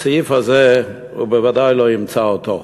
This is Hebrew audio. בסעיף הזה הוא בוודאי לא ימצא אותו.